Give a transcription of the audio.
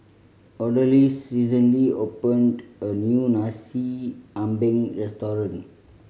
Odalis recently opened a new Nasi Ambeng restaurant